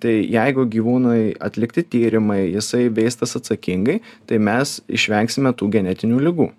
tai jeigu gyvūnui atlikti tyrimai jisai veistas atsakingai tai mes išvengsime tų genetinių ligų